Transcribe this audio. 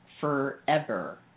forever